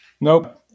Nope